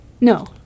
No